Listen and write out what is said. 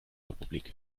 republik